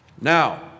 Now